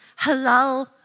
halal